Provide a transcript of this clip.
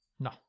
No